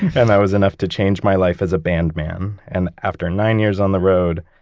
and that was enough to change my life as a band man. and after nine years on the road,